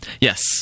Yes